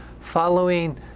following